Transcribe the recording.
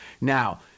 Now